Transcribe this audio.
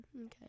Okay